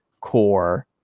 core